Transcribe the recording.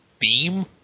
theme